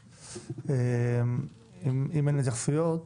אם אין התייחסויות